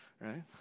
right